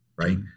right